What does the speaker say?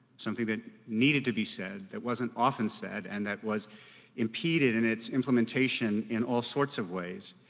something that needed to be said that wasn't often said and that was impeded in its implementation in all sorts of ways.